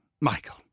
michael